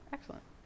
Excellent